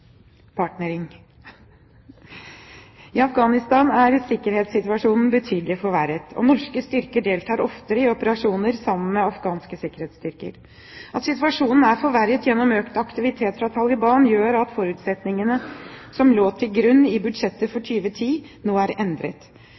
Afghanistan er sikkerhetssituasjonen betydelig forverret, og norske styrker deltar oftere i operasjoner sammen med afghanske sikkerhetsstyrker. At situasjonen er forverret gjennom økt aktivitet fra Taliban, gjør at forutsetningene som lå til grunn i budsjettet for 2010, nå er endret.